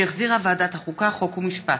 שהחזירה ועדת החוקה, חוק ומשפט.